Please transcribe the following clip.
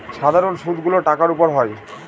সাধারন সুদ গুলো টাকার উপর হয়